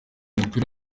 mupira